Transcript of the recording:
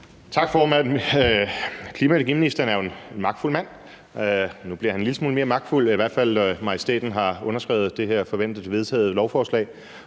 Tak, formand. Klima- og energiministeren er jo en magtfuld mand. Nu bliver han en lille smule mere magtfuld, i hvert fald når majestæten har underskrevet det her, forventeligt vedtagne, lovforslag,